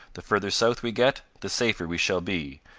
the further south we get the safer we shall be,